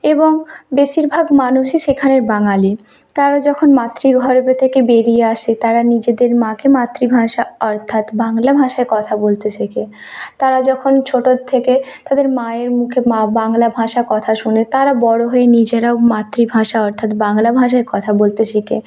এবং বেশিরভাগ মানুষই সেখানে বাঙালি তারা যখন মাতৃ গর্ভে থেকে বেরিয়ে আসে তারা নিজেদের মাকে মাতৃভাষা অর্থাৎ বাংলা ভাষায় কথা বলতে শেখে তারা যখন ছোটোর থেকে তাদের মায়ের মুখে মা বাংলা ভাষা কথা শোনে তারা বড়ো হয়ে নিজেরাও মাতৃভাষা অর্থাৎ বাংলা ভাষায় কথা বলতে শেখে